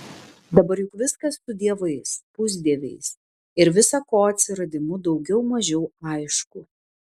dabar juk viskas su dievais pusdieviais ir visa ko atsiradimu daugiau mažiau aišku